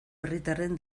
herritarren